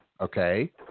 okay